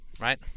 Right